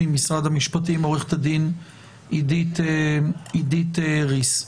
ממשרד המשפטים, עו"ד עידית ריס.